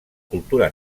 cultura